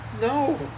No